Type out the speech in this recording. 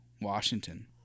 Washington